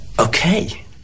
okay